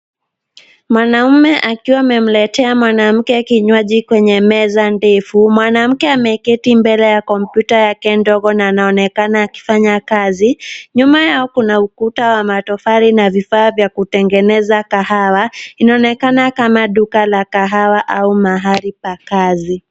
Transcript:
Mwanaume akiwa amemeletea mwanamke kinywaji kwenye meza ndefu. Mwanamke ameketi mbele ya kompyuta yake ndogo na anaonekana akifanya kazi. Nyuma yao kuna ukuta wa matofali na vifaa vya kutengeneza kahawa. Inaonekana kama duka la kahawa au mahali pa kazi.